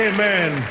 Amen